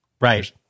Right